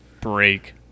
break